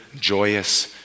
joyous